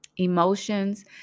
emotions